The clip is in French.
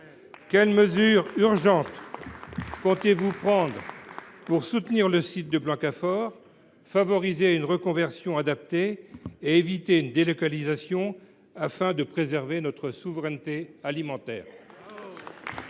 Quelles mesures urgentes comptez vous prendre pour soutenir le site de Blancafort, favoriser une reconversion adaptée et éviter une délocalisation, afin de préserver notre souveraineté alimentaire ?